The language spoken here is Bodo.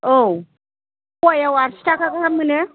औ प'वायाव आरसि थाखा गाहाम मोनो